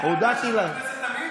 הודעתי להם.